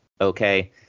Okay